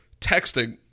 texting